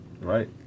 right